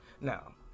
Now